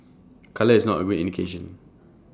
colour is not A good indication